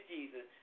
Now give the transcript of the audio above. Jesus